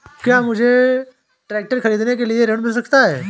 क्या मुझे ट्रैक्टर खरीदने के लिए ऋण मिल सकता है?